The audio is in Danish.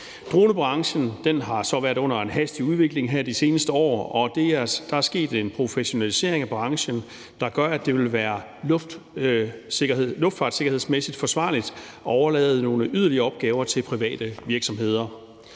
Dronebranchen har været under en hastig udvikling her de seneste år, og der er sket en professionalisering af branchen, der gør, at det vil være luftfartssikkerhedsmæssigt forsvarligt at overlade nogle yderligere opgaver til private virksomheder.